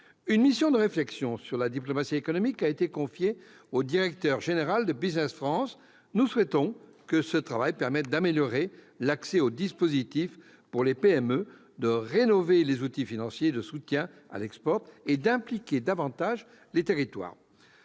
Une mission de réflexion sur la diplomatie économique a été confiée au directeur général de Business France. Nous souhaitons que ce travail permette d'améliorer l'accès aux dispositifs pour les PME, de rénover les outils financiers de soutien à l'export et d'impliquer davantage les territoires.